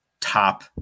top